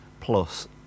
Plus